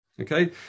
Okay